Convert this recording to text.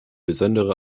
besondere